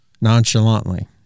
nonchalantly